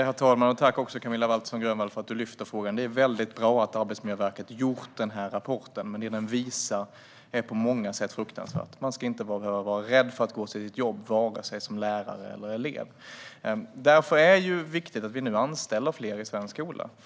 Herr talman! Tack, Camilla Waltersson Grönvall, för att du lyfter frågan! Det är väldigt bra att Arbetsmiljöverket har gjort den här rapporten, men det den visar är på många sätt fruktansvärt. Man ska inte behöva vara rädd för att gå till sitt jobb, vare sig som lärare eller elev. Därför är det viktigt att vi nu anställer fler i svensk skola.